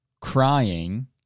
crying